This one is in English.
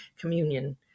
communion